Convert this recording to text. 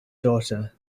daughter